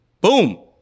Boom